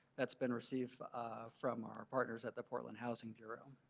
that's been received from our partners at the portland housing bureau.